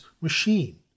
machine